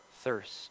thirst